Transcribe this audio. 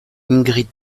ingrid